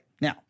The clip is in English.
now